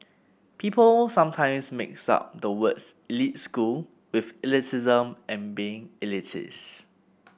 people sometimes mix up the words elite school with elitism and being elitist